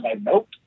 Nope